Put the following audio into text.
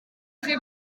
chi